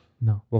No